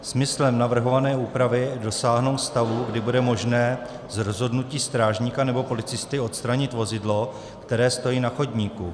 Smyslem navrhované úpravy je dosáhnout stavu, kdy bude možné z rozhodnutí strážníka nebo policisty odstranit vozidlo, které stojí na chodníku.